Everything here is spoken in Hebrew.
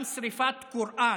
גם שרפת קוראן